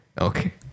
okay